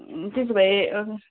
त्यसो भए